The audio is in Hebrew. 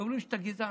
היו אומרים: אתה גזען,